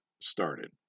started